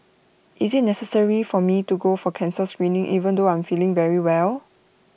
is IT necessary for me to go for cancer screening even though I am feeling very well